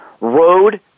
road